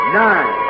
nine